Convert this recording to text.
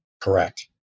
Correct